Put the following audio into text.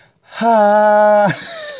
Ha